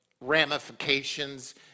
ramifications